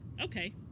Okay